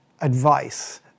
advice